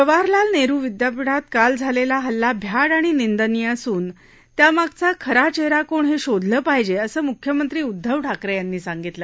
जवाहरलाल नेहरू विद्यापीठात काल झालेला हल्ला भ्याड आणि निंदनीय असून त्यामागचा खरा चेहरा कोण हे शोधलं पाहिजे असं मुख्यमंत्री उध्दव ठाकरे यांनी सांगितलं